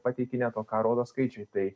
pateikinėt o ką rodo skaičiai tai